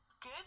good